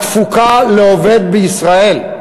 התפוקה לעובד בישראל,